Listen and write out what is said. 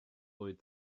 delete